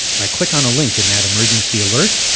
i click on a link in that emergency alert,